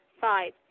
Five